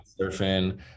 surfing